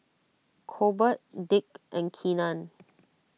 Colbert Dick and Keenan